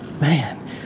Man